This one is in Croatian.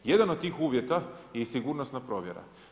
Jedan od tih uvjeta je i sigurnosna provjera.